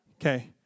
Okay